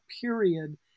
period